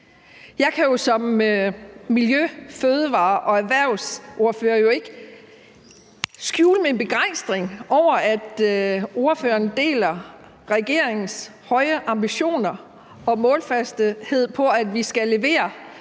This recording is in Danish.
Jeg kan jo som miljø-, fødevare- og erhvervsordfører ikke skjule min begejstring over, at ordføreren deler regeringens høje ambitioner og målfasthed, i forhold til at vi skal levere